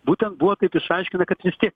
būtent buvo taip išaiškina kad vis kiek